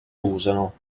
usano